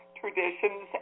traditions